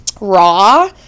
raw